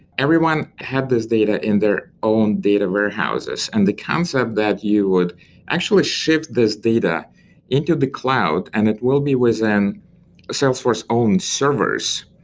everyone had this data in their own data warehouses and the concept that you would actually ship this data into the cloud and it will be within salesforce owned servers.